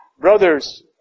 Brothers